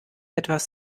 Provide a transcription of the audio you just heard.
etwas